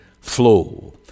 flow